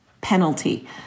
penalty